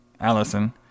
Allison